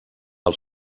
els